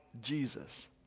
Jesus